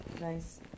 Nice